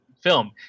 film